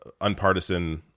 unpartisan